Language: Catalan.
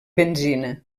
benzina